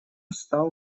стал